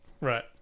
Right